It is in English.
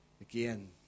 again